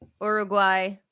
Uruguay